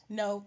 no